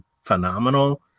phenomenal